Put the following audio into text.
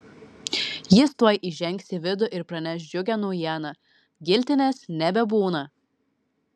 jis tuoj įžengs į vidų ir praneš džiugią naujieną giltinės nebebūna